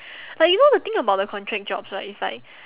like you know the thing about the contract jobs right is like